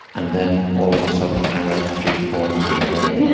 and then, all of a sudden, i write three poems in a day, yeah